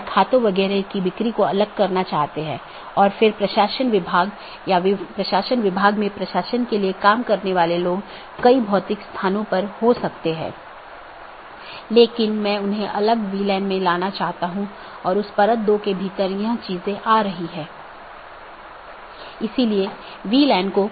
जब भी सहकर्मियों के बीच किसी विशेष समय अवधि के भीतर मेसेज प्राप्त नहीं होता है तो यह सोचता है कि सहकर्मी BGP डिवाइस जवाब नहीं दे रहा है और यह एक त्रुटि सूचना है या एक त्रुटि वाली स्थिति उत्पन्न होती है और यह सूचना सबको भेजी जाती है